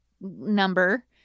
number